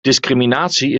discriminatie